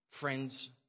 Friends